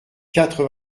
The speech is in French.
quatre